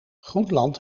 groenland